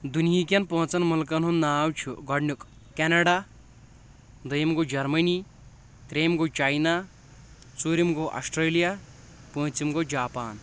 دُنہیٖکٮ۪ن پانٛژن مُلکن ہُنٛد ناو چھُ گۄڈنیُک کیناڈا دوٚیِم گوٚو جرمٔنی تریٚیِم گوٚو چاینہ ژوٗرِم گوٚو آسٹریلیا پأنٛژِم گوٚو جاپان